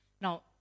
Now